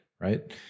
right